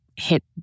hit